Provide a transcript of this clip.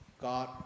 God